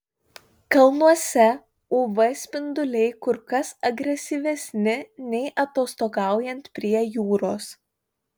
kalnuose uv spinduliai kur kas agresyvesni nei atostogaujant prie jūros